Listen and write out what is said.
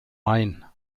main